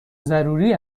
ضروری